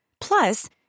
Plus